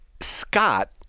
Scott